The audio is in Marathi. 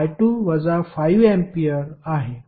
I2 वजा 5 अँपिअर आहे